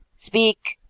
speak,